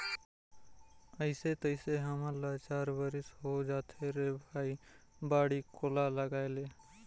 अइसे तइसे हमन ल चार बरिस होए जाथे रे भई बाड़ी कोला लगायेले